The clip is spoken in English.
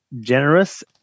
generous